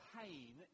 pain